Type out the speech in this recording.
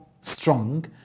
strong